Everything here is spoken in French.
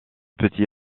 petits